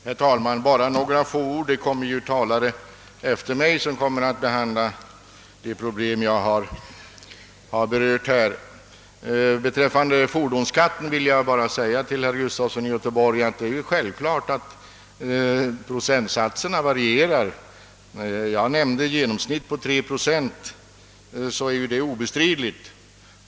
Herr talman! Bara några få ord — andra talare efter mig kommer att behandla de problem jag här har berört. Beträffande fordonsskatten vill jag bara säga till herr Gustafson i Göteborg att procentsatserna självfallet varierar. Jag nämnde att genomsnittet är 3 procent, och det är obestridligt.